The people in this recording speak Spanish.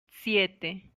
siete